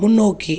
முன்னோக்கி